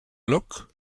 look